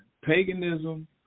Paganism